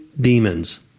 demons